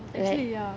right